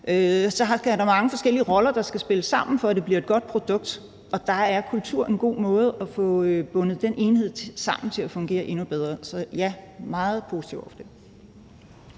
er der mange forskellige roller, der skal spille sammen, for at det bliver et godt produkt, og der er kultur en god måde at få bundet en enhed sammen til at fungere endnu bedre. Så ja, jeg er meget positiv over for det.